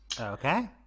okay